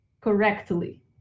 correctly